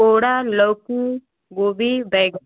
कोहरा लौकी गोभी बैंगन